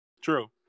True